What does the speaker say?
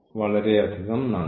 വളരെയധികം നന്ദി